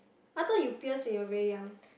I thought you pierce when you are very young